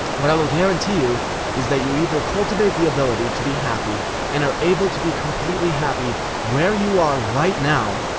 what i will guarantee you is that you either cultivate the ability to be happy and are able to be completely happy where you are right now.